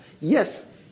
yes